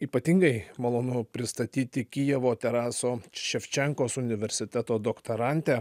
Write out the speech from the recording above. ypatingai malonu pristatyti kijevo teraso ševčenkos universiteto doktorantę